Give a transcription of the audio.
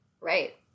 Right